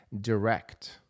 Direct